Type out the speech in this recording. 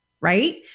right